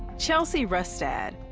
chelsea rustad,